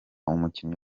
umukinnyi